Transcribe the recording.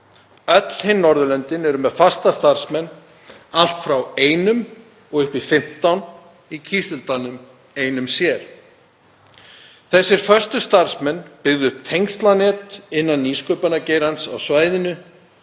Öll hin Norðurlöndin eru með fasta starfsmenn allt frá einum og upp í 15 í Kísildalnum einum sér. Þessir föstu starfsmenn byggðu upp tengslanet innan nýsköpunargeirans á svæðinu,